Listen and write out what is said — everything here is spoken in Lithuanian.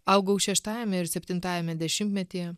augau šeštajame ir septintajame dešimtmetyje